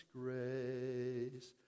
grace